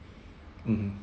mmhmm